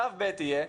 שלב ב' יהיה,